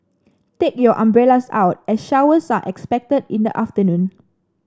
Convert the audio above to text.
take your umbrellas out as showers are expected in the afternoon